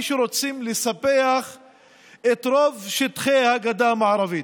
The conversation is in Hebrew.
מי שרוצים לספח את רוב שטחי הגדה המערבית.